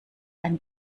ein